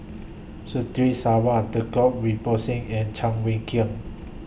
Sarwan Djoko and Cheng Wai Keung